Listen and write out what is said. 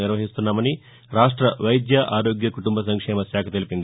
నిర్వహిస్తున్నామని రాష్ట వైద్య ఆరోగ్య కుటుంబ సంక్షేమ శాఖ తెలిపింది